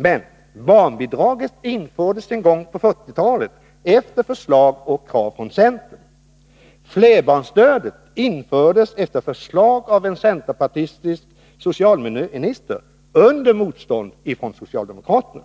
Men barnbidraget infördes en gång på 1940-talet efter förslag och krav från centern. Flerbarnsstödet infördes efter förslag av en centerpartistisk socialminister under motstånd från socialdemokraterna.